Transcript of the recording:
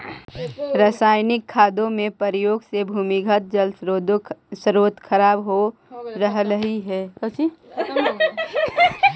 रसायनिक खादों के प्रयोग से भूमिगत जल स्रोत खराब हो रहलइ हे